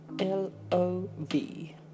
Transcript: l-o-v